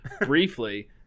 Briefly